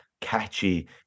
catchy